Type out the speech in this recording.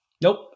Nope